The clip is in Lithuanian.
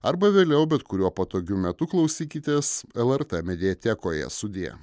arba vėliau bet kuriuo patogiu metu klausykitės lrt mediatekoje sudie